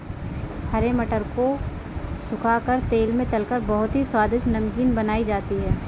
हरे मटर को सुखा कर तेल में तलकर बहुत ही स्वादिष्ट नमकीन बनाई जाती है